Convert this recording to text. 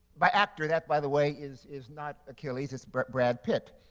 by actor that, by the way, is is not achilles, it's brad brad pitt.